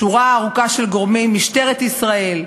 שורה ארוכה של גורמים, משטרת ישראל,